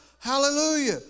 hallelujah